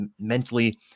mentally